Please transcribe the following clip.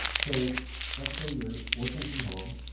so let's say you're working from home,